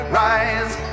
rise